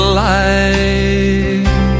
life